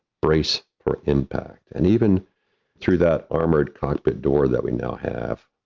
brace for impact. and even through that armored cockpit door that we now have,